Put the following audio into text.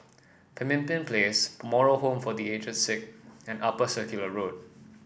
Pemimpin Place Moral Home for The Aged Sick and Upper Circular Road